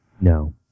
No